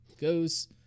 goes